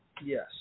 Yes